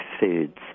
foods